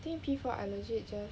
think P four I legit just